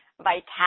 vitality